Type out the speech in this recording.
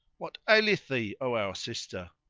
what aileth thee, o our sister?